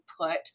put